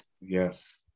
Yes